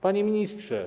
Panie Ministrze!